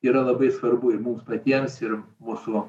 yra labai svarbu ir mums patiems ir mūsų